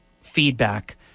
feedback